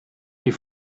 die